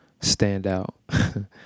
standout